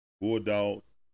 Bulldogs